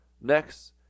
Next